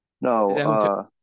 no